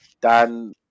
Dan